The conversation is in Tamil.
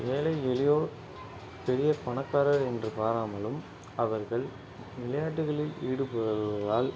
ஏழை எளியோர் பெரிய பணக்காரர் என்று பாராமலும் அவர்கள் விளையாட்டுகளில் ஈடுபடு வருவதால்